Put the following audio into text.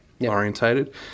orientated